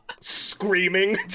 screaming